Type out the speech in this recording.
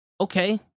okay